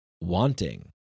wanting